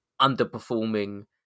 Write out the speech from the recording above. underperforming